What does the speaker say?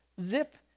zip